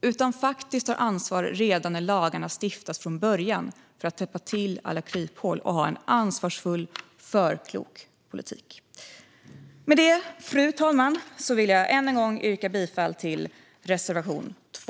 Man ska faktiskt ta ansvar redan från början när lagarna stiftas för att täppa till alla kryphål. Då har man en ansvarsfull och förklok politik. Med det, fru talman, vill jag ännu en gång yrka bifall till reservation 2.